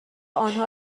آنها